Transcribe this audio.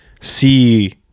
see